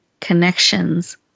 connections